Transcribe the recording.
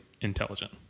intelligent